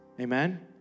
Amen